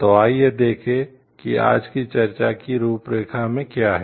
तो आइए देखें कि आज की चर्चा की रूपरेखा में क्या है